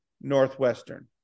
Northwestern